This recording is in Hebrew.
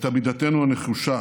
את עמידתנו הנחושה